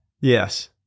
yes